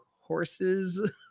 horses